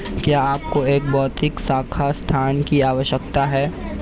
क्या आपको एक भौतिक शाखा स्थान की आवश्यकता है?